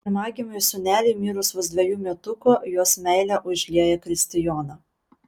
pirmagimiui sūneliui mirus vos dvejų metukų jos meilė užlieja kristijoną